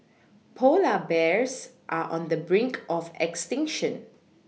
polar bears are on the brink of extinction